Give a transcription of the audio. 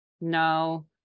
no